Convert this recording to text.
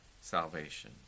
salvation